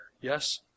Yes